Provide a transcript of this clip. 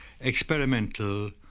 experimental